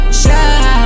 shine